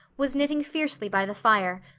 was knitting fiercely by the fire,